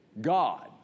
God